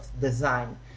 design